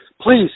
Please